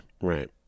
right